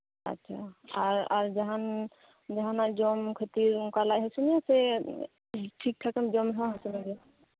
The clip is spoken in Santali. ᱟᱨ ᱡᱟᱸᱦᱟᱱᱟᱜ ᱡᱚᱢ ᱠᱷᱟᱹᱛᱤᱨ ᱚᱱᱠᱟ ᱞᱟᱡ ᱦᱟᱹᱥᱩ ᱢᱮᱭᱟ ᱥᱮ ᱴᱷᱤᱠ ᱴᱷᱟᱠ ᱮᱢ ᱡᱚᱢ ᱨᱮᱦᱚᱸ ᱦᱟᱹᱥᱩ ᱢᱮᱭᱟ